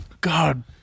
God